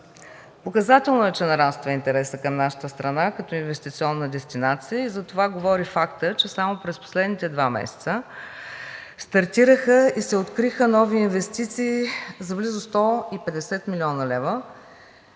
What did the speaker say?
Показателно е, че нараства интересът към нашата страна като инвестиционна дестинация и за това говори фактът, че само през последните два месеца стартираха и се откриха нови инвестиции за близо 150 млн. лв.